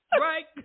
right